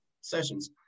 sessions